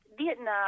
Vietnam